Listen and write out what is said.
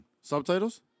Subtitles